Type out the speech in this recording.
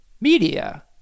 media